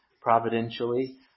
providentially